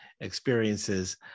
experiences